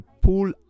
pull